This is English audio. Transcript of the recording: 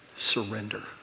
Surrender